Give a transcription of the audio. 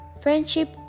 Friendship